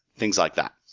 things like that.